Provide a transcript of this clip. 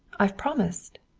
i've promised.